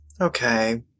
Okay